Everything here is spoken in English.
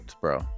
bro